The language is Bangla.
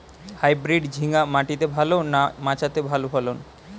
হাইব্রিড ঝিঙ্গা মাটিতে ভালো না মাচাতে ভালো ফলন?